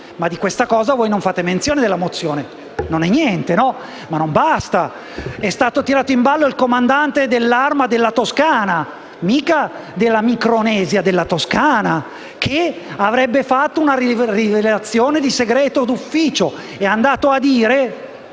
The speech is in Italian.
Ma di questo voi non fate menzione nella mozione. Non è niente, no? Ma non basta. È stato tirato in ballo il comandante dell'Arma della Toscana - mica della Micronesia, ma della Toscana - che avrebbe fatto una rivelazione di segreto d'ufficio. È andato a dire